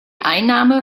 einnahme